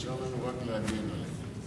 נשאר לנו רק להגן עליה.